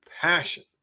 passion